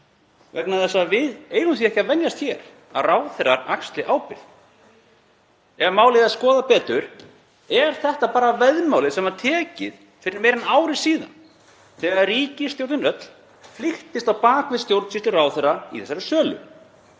vegna þess að við eigum því ekki að venjast hér að ráðherrar axli ábyrgð. Ef málið er skoðað betur er þetta bara veðmálið sem var tekið fyrir meira en ári síðan þegar ríkisstjórnin öll flykktist á bak við stjórnsýslu ráðherra í þessari sölu.